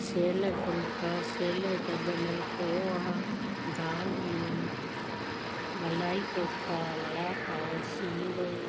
सियल फुलिका सियल डॿल पोहा दाल मुङ मलाई कोफ्ता वड़ा पाव सीरो